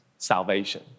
Salvation